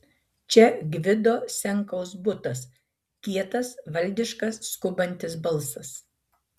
čia gvido senkaus butas kietas valdiškas skubantis balsas